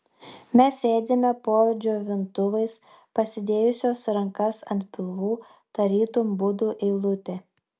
mes sėdime po džiovintuvais pasidėjusios rankas ant pilvų tarytum budų eilutė